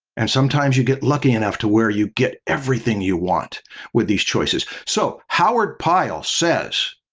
and sometimes you get lucky enough to where you get everything you want with these choices. so, howard pyle says